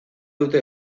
dute